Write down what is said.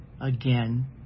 again